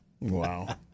Wow